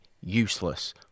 useless